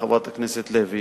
חברת הכנסת לוי,